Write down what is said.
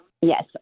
Yes